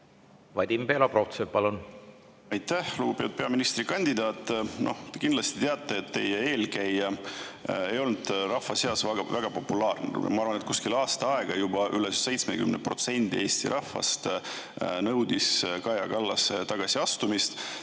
Vadim Belobrovtsev, palun! Aitäh! Lugupeetud peaministrikandidaat! Te kindlasti teate, et teie eelkäija ei olnud rahva seas väga populaarne. Ma arvan, kuskil aasta aega juba üle 70% Eesti rahvast nõudis Kaja Kallase tagasiastumist,